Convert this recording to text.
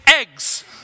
eggs